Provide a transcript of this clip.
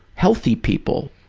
healthy people.